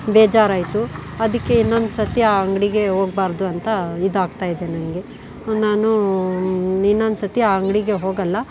ಬೇಜಾರು ಆಯಿತು ಅದಕ್ಕೆ ಇನ್ನೊಂದು ಸರತಿ ಆ ಅಂಗಡಿ ಹೋಗ್ಬಾರ್ದು ಅಂತ ಇದಾಗ್ತಾಯಿದೆ ನನಗೆ ನಾನು ಇನ್ನೊಂದು ಸರತಿ ಆ ಅಂಗಡಿಗೆ ಹೋಗಲ್ಲ